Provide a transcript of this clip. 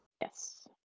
Yes